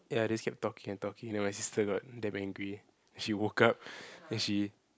ya just kept talking and talking then my sister got damn angry she woke up then she